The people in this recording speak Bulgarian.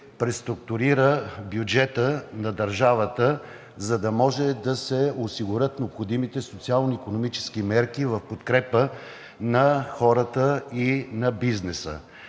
преструктурира бюджета на държавата, за да може да се осигурят необходимите социално-икономически мерки в подкрепа на хората и на бизнеса.